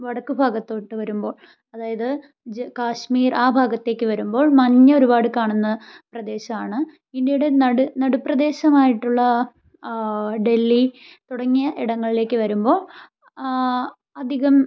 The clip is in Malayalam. വടക്ക് ഭാഗത്തോട്ട് വരുമ്പോൾ അതായത് ജ കാശ്മീർ ആ ഭാഗത്തേക്ക് വരുമ്പോൾ മഞ്ഞൊരുപാട് കാണുന്ന പ്രദേശമാണ് ഇന്ത്യയുടെ നട് നട് പ്രദേശമായിട്ടുള്ള ഡൽഹി തുടങ്ങിയ ഇടങ്ങളിലേക്ക് വരുമ്പോൾ അധികം